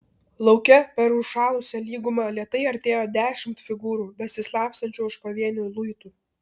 lauke per užšalusią lygumą lėtai artėjo dešimt figūrų besislapstančių už pavienių luitų